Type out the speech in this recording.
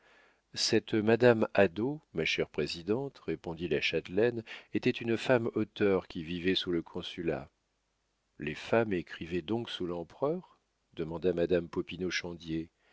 cette madame hadot ma chère présidente répondit la châtelaine était une femme auteur qui vivait sous le consulat les femmes écrivaient donc sous l'empereur demanda madame